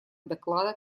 доклада